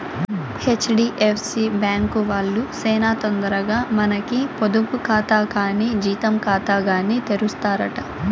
HDFC bank వాల్లు సేనా తొందరగా మనకి పొదుపు కాతా కానీ జీతం కాతాగాని తెరుస్తారట